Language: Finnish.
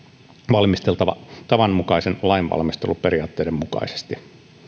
valmisteltava tavanmukaisten lainvalmisteluperiaatteiden mukaisesti